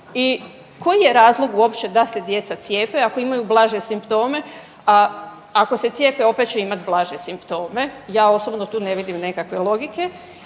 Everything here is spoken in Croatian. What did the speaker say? i koji je razlog uopće da se djeca cijepe ako imaju blaže simptome, a ako se cijepe opet će imati blaže simptome. Ja osobo ne vidim tu nekakve logike.